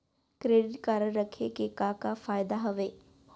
Credit card रखे के का का फायदा हवे?